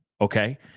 okay